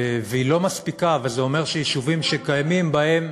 והיא לא מספיקה, וזה אומר שיישובים שקיימים, בהם,